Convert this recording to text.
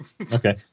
Okay